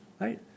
Right